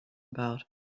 about